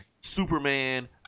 Superman